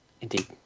indeed